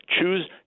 choose